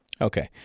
Okay